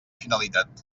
finalitat